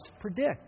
predict